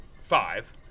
five